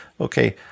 okay